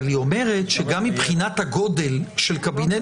אבל היא אומרת שגם מבחינת הגודל של קבינט,